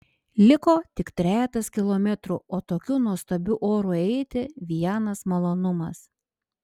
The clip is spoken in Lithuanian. liko tik trejetas kilometrų o tokiu nuostabiu oru eiti vienas malonumas